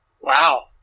Wow